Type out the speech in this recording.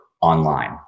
online